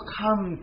come